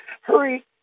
hurry